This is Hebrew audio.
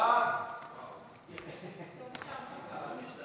סעיפים 1 7